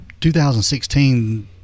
2016